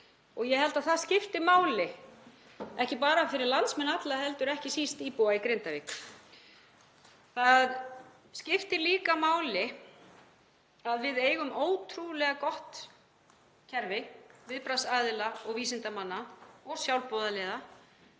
Ég held að það skipti máli, ekki bara fyrir landsmenn alla heldur ekki síst íbúa í Grindavík. Það skiptir líka máli að við eigum ótrúlega gott kerfi viðbragðsaðila og vísindamanna og sjálfboðaliða,